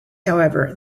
however